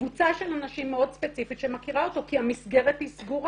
קבוצה של אנשים מאוד ספציפית שמכירה אותו כי המסגרת היא סגורה.